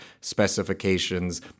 specifications